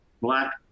Black